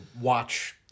watch